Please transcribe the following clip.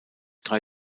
drei